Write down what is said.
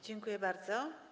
Dziękuję bardzo.